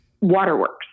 waterworks